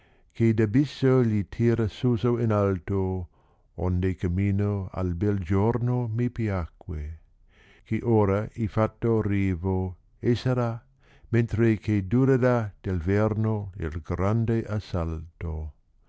che d abisso gli tira suso in alto onde cammino al bei giorno mi piacque che ora è fatto rivo e sarà mentre che durerà del verno il grande assalto